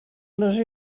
les